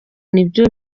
nabyo